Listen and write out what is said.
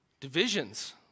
Divisions